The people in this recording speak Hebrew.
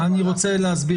ותאמר